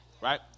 Right